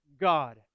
God